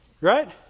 Right